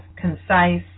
concise